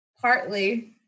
partly